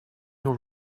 your